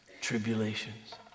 tribulations